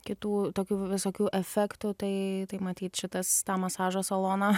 kitų tokių visokių efektų tai tai matyt šitas tą masažo saloną